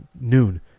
noon